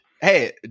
hey